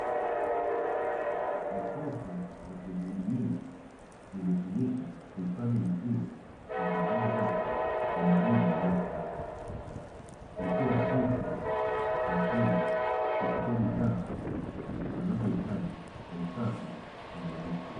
Jokofu la kujihudumia limetumika kuhifadhi maziwa na bidhaa zake kwa ubaridi unaofaa. Likiwa rahisi kwa wateje kuchukua bidhaa wanazohitaji kwa usafi na kwa urahisi.